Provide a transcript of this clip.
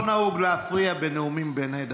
לא נהוג להפריע בנאומים בני דקה.